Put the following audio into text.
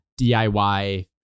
DIY